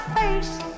face